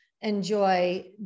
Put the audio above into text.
enjoy